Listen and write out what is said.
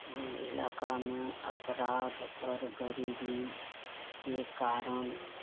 इलाकामे अपराध पर गरीबीके कारण